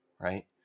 Right